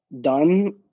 done